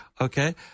Okay